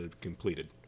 completed